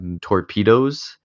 torpedoes